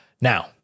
Now